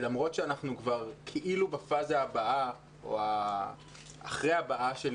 ולמרות שאנחנו כבר כאילו בפאזה הבאה או אחרי הבאה של